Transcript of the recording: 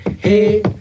Hey